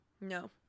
No